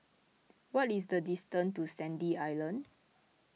what is the distance to Sandy Island